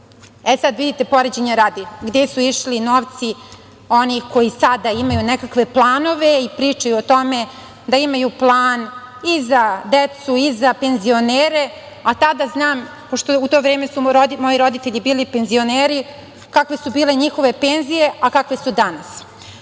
sada vidite, poređenja radi, gde su išli novci onih koji sada imaju nekakve planove i pričaju o tome da imaju plan i za decu i za penzionere, a tada znam, pošto su moji roditelji bili penzioneri, kakve su bile njihove penzije, a kakve su